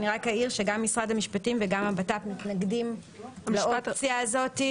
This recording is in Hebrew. אני רק אעיר שגם משרד המשפטים וגם הבט"פ מתנגדים לאופציה הזאת,